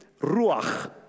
ruach